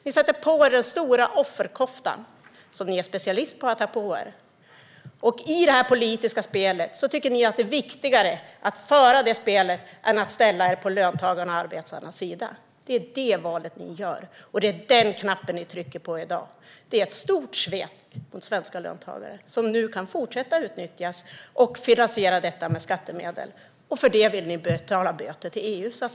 Ni sätter på er den stora offerkoftan, som ni är specialister på att ta på er. Ni tycker det är viktigare att föra det politiska spelet än att ställa er på löntagarnas och arbetarnas sida. Det är det valet ni gör, och det är den knappen ni trycker på i dag. Det är ett stort svek mot svenska löntagare, som nu kan fortsätta att utnyttjas med skattemedel som finansiering. För att det ska kunna upprätthållas vill ni betala böter till EU.